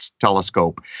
telescope